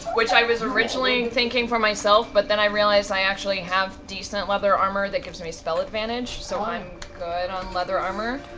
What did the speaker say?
which i was originally thinking for myself, but then i realized i actually have decent leather armor that gives me spell advantage, so i'm good on leather armor.